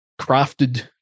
crafted